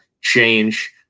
change